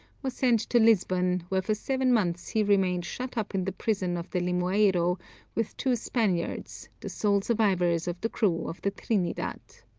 was sent to lisbon, where for seven months he remained shut up in the prison of the limoeiro with two spaniards, the sole survivors of the crew of the trinidad.